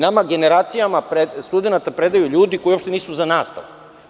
Nama generacijama studenata predaju ljudi koji uopšte nisu za nastavu.